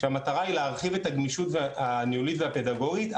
כשהמטרה היא להרחיב את הגמישות הניהולית והפדגוגית.